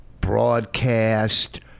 Broadcast